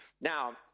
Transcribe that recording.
Now